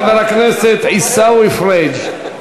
חבר הכנסת עיסאווי פריג'.